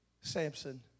Samson